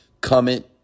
comment